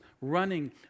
running